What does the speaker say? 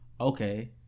okay